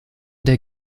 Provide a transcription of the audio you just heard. der